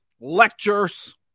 lectures